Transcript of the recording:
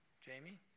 Jamie